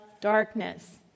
darkness